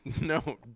no